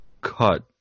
cut